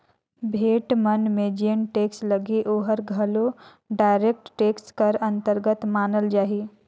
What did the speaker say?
भेंट मन में जेन टेक्स लगही ओहर घलो डायरेक्ट टेक्स कर अंतरगत मानल जाही